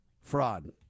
fraud